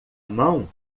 mão